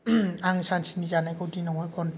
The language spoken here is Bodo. आं सानसेनि जानायखौ दिनावहाय खन